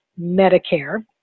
Medicare